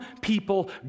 people